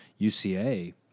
UCA